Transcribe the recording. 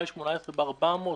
ב-2018 ב-400 תלונות.